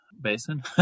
basin